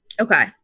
Okay